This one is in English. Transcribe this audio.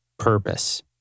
purpose